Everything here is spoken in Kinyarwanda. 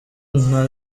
nka